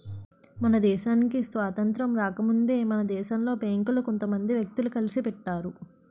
మన దేశానికి స్వాతంత్రం రాకముందే మన దేశంలో బేంకులు కొంత మంది వ్యక్తులు కలిసి పెట్టారు